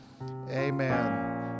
Amen